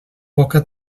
poca